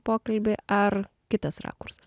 pokalbį ar kitas rakursas